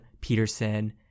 Peterson